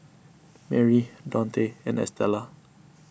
Merri Daunte and Estella